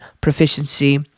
proficiency